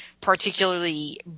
particularly